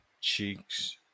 Cheeks